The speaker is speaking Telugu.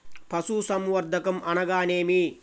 పశుసంవర్ధకం అనగానేమి?